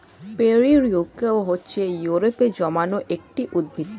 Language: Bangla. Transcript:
পেরিউইঙ্কেল হচ্ছে ইউরোপে জন্মানো একটি উদ্ভিদ